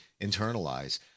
internalize